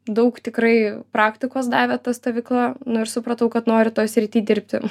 daug tikrai praktikos davė ta stovykla nu ir supratau kad noriu toj srity dirbti